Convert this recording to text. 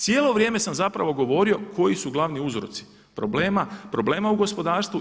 Cijelo vrijeme sam zapravo govorio koji su glavni uzroci problema, problema u gospodarstvu.